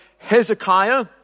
Hezekiah